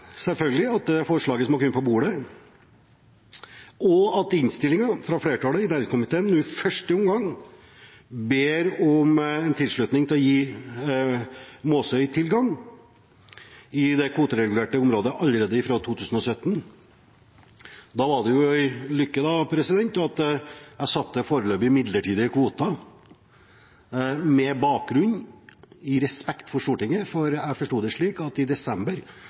forslaget som har kommet på bordet, og innstillingen fra flertallet i næringskomiteen i første omgang ber om en tilslutning til å gi Måsøy tilgang i det kvoteregulerte området allerede fra 2017. Da var det jo en lykke at jeg fastsatte foreløpige, midlertidige kvoter med bakgrunn i respekt for Stortinget fordi jeg forsto det slik at det i desember